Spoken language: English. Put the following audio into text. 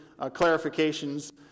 clarifications